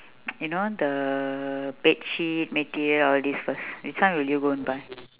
you know the bedsheet material all these first which one will you go and buy